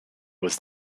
was